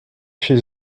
chez